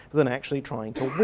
than actually trying to win.